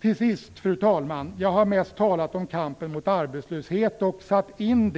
Till sist, fru talman: Jag har mest talat om kampen mot arbetslösheten och satt in